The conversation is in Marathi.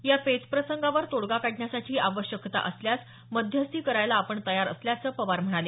या पेचप्रसंगावर तोडगा काढण्यासाठी आवश्यकता असल्यास मध्यस्थी करायला आपण तयार असल्याचं ते म्हणाले